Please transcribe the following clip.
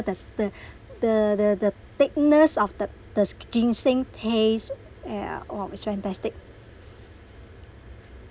the the the the the thickness of the the s~ ginseng taste eh ya oh it's fantastic